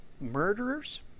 murderers